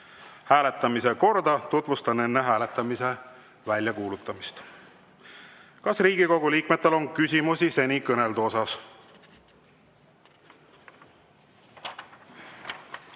Hääletamise korda tutvustan enne hääletamise väljakuulutamist. Kas Riigikogu liikmetel on küsimusi seni kõneldu kohta?